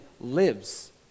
lives